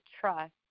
trust